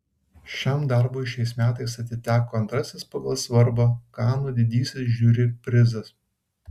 šiam darbui šiais metais atiteko antrasis pagal svarbą kanų didysis žiuri prizas